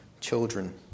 Children